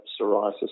psoriasis